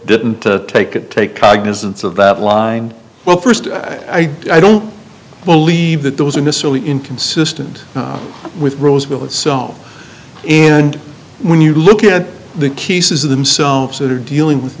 didn't take a take cognizance of that line well st i i don't believe that those are necessarily inconsistent with roseville itself and when you look at the case is themselves are dealing with